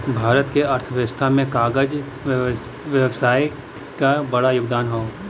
भारत क अर्थव्यवस्था में कागज व्यवसाय क बड़ा योगदान हौ